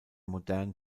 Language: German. modernen